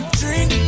drink